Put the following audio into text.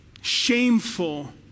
shameful